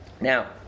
Now